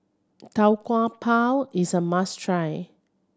Tau Kwa Pau is a must try